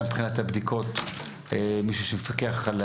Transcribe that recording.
גם מבחינת הבדיקות, מישהו שמפקח.